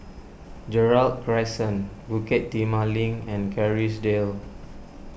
Gerald Crescent Bukit Timah Link and Kerrisdale